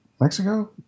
Mexico